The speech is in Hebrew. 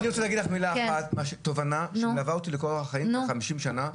אני רוצה להגיד לך תובנה שמלווה אותי לאורך כל החיים כבר 50 שנה,